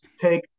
take